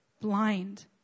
blind